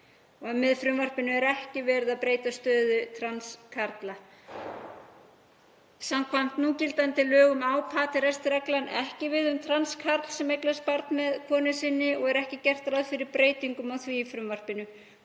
til. Með frumvarpinu er ekki verið að breyta stöðu trans karla. Samkvæmt gildandi lögum á pater est-reglan ekki við um trans karl sem eignast barn með konu sinni og er ekki gert ráð fyrir breytingum á því í frumvarpinu.